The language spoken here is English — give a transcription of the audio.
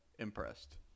Impressed